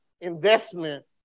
investment